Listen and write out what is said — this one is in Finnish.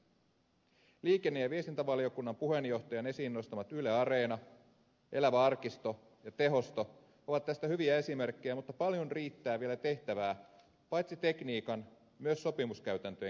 liikenne ja viestintävaliokunnan puheenjohtajan esiin nostamat yle areena elävä arkisto ja tehosto ovat tästä hyviä esimerkkejä mutta paljon riittää vielä tehtävää paitsi tekniikan myös sopimuskäytäntöjen kehittämisessä